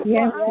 Yes